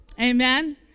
Amen